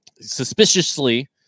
suspiciously